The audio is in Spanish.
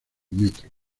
metro